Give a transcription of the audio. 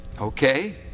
Okay